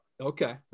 okay